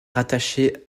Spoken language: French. rattaché